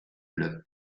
lot